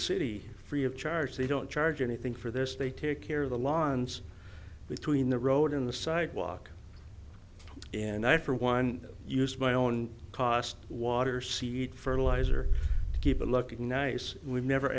city free of charge they don't charge anything for this they take care of the lines between the road in the sidewalk and i for one use my own cost water seat fertilizer to keep a look nice we never